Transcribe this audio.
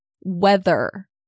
weather